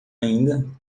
ainda